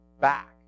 back